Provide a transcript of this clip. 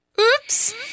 Oops